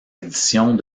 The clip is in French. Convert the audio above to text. éditions